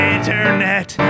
Internet